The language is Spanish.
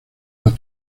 las